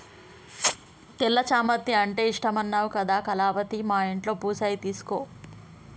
తెల్ల చామంతి అంటే ఇష్టమన్నావు కదా కళావతి మా ఇంట్లో పూసాయి తీసుకో